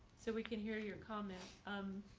so we can hear your comments.